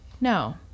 no